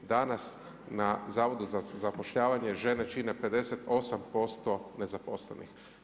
Danas na Zavodu za zapošljavanje žene čine 58% nezaposlenih.